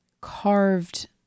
carved